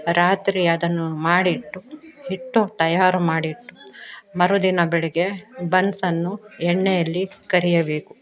ರಾತ್ರಿ ಅದನ್ನು ಮಾಡಿ ಇಟ್ಟು ಹಿಟ್ಟು ತಯಾರು ಮಾಡಿ ಇಟ್ಟು ಮರುದಿನ ಬೆಳಗ್ಗೆ ಬನ್ಸ್ ಅನ್ನು ಎಣ್ಣೆಯಲ್ಲಿ ಕರೆಯಬೇಕು